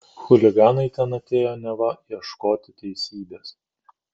chuliganai ten atėjo neva ieškoti teisybės